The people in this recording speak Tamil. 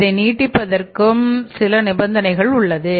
அதை நீடிப்பதற்கும் சில நிபந்தனைகள் உள்ளது